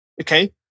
Okay